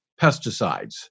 pesticides